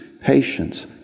patience